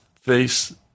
face